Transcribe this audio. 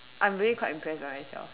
I'm really quite impressed by myself